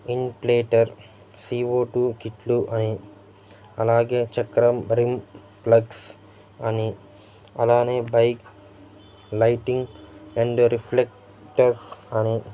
inflator C O two కిట్లు అని అలాగే చక్రం రిమ్ ప్లగ్స్ అని అలానే బైక్ లైటింగ్ అండ్ రిఫ్లెక్టర్స్ అని